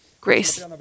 grace